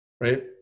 right